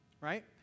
right